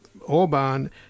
Orban